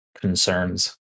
concerns